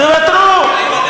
תוותרו.